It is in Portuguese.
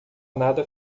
nada